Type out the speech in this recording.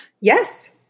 Yes